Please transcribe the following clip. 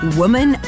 woman